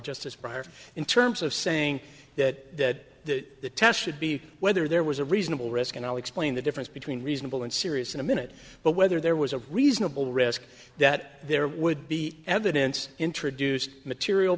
as prior in terms of saying that the test should be whether there was a reasonable risk and i'll explain the difference between reasonable and serious in a minute but whether there was a reasonable risk that there would be evidence introduced material